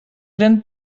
grande